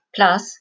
Plus